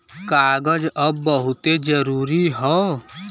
कागज अब बहुते जरुरी हौ